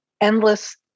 endless